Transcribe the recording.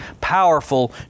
powerful